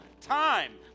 time